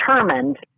determined